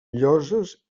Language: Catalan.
lloses